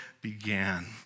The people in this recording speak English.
began